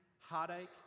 heartache